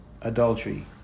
adultery